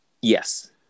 Yes